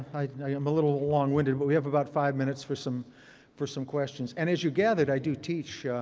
i am a little long-winded, but we have about five minutes for some for some questions. and as you gathered, i do teach.